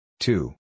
Two